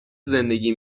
زندگی